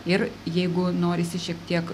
ir jeigu norisi šiek tiek